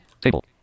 Table